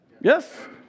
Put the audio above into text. Yes